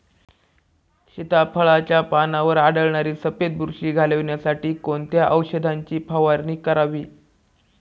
सीताफळाचे पानांवर आढळणारी सफेद बुरशी घालवण्यासाठी कोणत्या औषधांची फवारणी करावी?